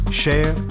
share